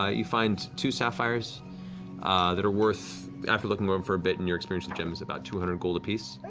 ah you find two sapphires that are worth, after looking over them for a bit, in your experience with gems, about two hundred gold apiece.